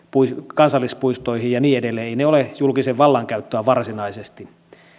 kansallispuistoihin ja niin edelleen ole julkisen vallan käyttöä varsinaisesti